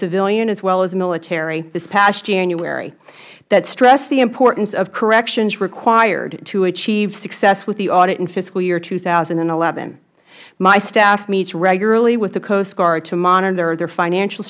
civilian as well as military this past january that stressed the importance of corrections required to achieve success with the audit in fiscal year two thousand and eleven my staff meets regularly with the coast guard to monitor their financial